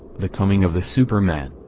the coming of the superman.